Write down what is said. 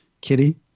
Kitty